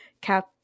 Cap